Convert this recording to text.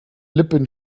lippen